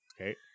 Okay